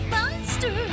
Monster